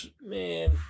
Man